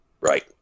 right